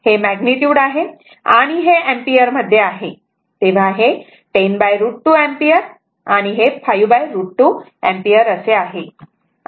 हे मॅग्निट्युड आहे आणि हे एम्पियर मध्ये आहे तेव्हा हे 10√ 2 एम्पियरर हे 5√ 2 एम्पियर आहे